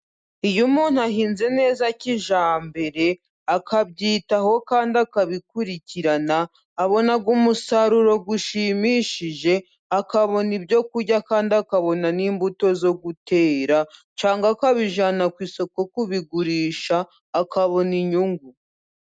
Iyo umuntu ahinze neza kijyambere ,akabyitaho kandi akabikurikirana, abona umusaruro ushimishije ,akabona ibyo kurya kandi akabona n'imbuto zo gutera, cyangwa akabijyana ku isoko kubigurisha akabona inyungu.